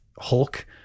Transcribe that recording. Hulk